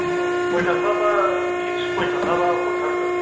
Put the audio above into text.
अ खय थाखाबा फिक्स खय थाखाबा हरथारगोन